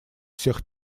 всех